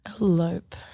elope